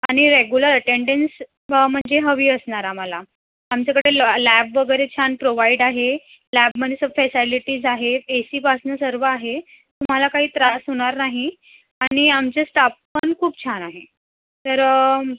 आणि regular attendance म्हणजे हवी असणार आम्हाला आमच्याकडे लॉ लॅब वगैरे छान प्रोव्हाइड आहे लॅबमध्ये सब फेसालिटीज आहेत ए सीपासनं सर्व आहे तुम्हाला काही त्रास होणार नाही आणि आमचे स्टाफ पण खूप छान आहे तर